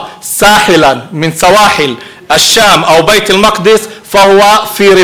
(אומר בערבית: סוריה רבתי או ירושלים ברִבַּאט).